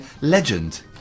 Legend